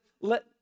Let